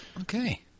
Okay